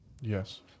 Yes